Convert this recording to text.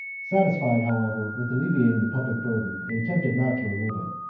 satisfied, however, with alleviating the public burden, they attempted not to remove it.